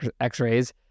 x-rays